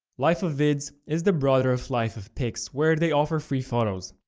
life of vids is the brother of life of pix, where they offer free photos.